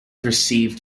received